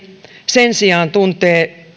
sen sijaan tuntee